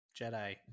jedi